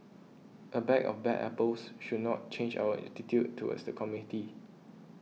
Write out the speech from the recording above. a bag of bad apples should not change our attitude towards the community